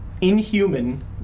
inhuman